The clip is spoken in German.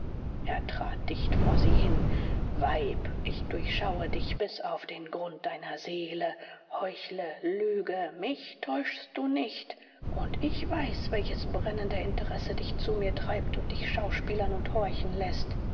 er trat dicht vor sie hin weib ich durchschaue dich bis auf den grund deiner seele heuchle lüge mich täuschst du nicht und ich weiß welches brennende interesse dich zu mir treibt und dich schauspielern und horchen läßt